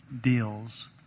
deals